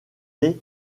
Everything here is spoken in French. est